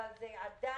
אבל זה עדין